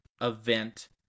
event